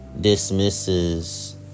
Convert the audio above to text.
dismisses